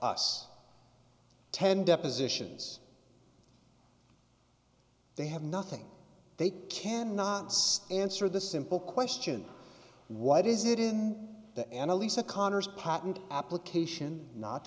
us ten depositions they have nothing they can nots answer the simple question what is it in the annalisa conner's pot and application not